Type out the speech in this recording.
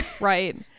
Right